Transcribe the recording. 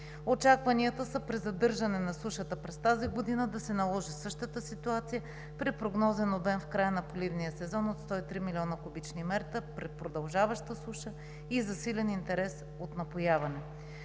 Очакванията са при задържане на сушата през тази година да се наложи същата ситуация при прогнозен обем в края на поливния сезон от 103 млн. куб. м при продължаваща суша и засилен интерес от напояване.